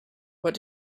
what